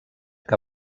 que